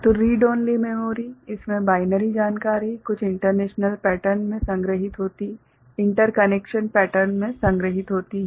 तो read only memory इस में बाइनरी जानकारी कुछ इंटरकनेक्शन पैटर्न में संग्रहीत होती है